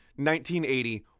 1980